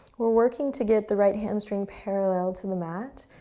we're working to get the right hamstring parallel to the mat,